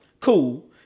Cool